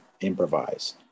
improvise